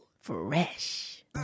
Fresh